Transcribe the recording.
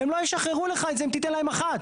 והם לא ישחררו לך את זה אם תיתן להם אחת.